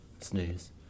snooze